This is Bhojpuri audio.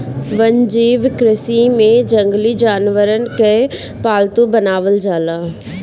वन्यजीव कृषि में जंगली जानवरन के पालतू बनावल जाला